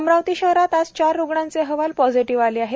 अमरावती शहरात आज चार रुग्णांचे अहवाल पॉझिटिव्ह आढळून आले आहे